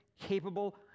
capable